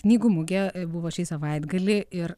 knygų mugė buvo šį savaitgalį ir